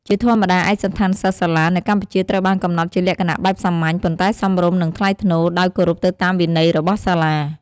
ជាធម្មតា ឯកសណ្ឋានសិស្សសាលានៅកម្ពុជាត្រូវបានកំណត់ជាលក្ខណៈបែបសាមញ្ញ ប៉ុន្តែសមរម្យ និងថ្លៃថ្នូរ ដោយគោរពទៅតាមវិន័យរបស់សាលា។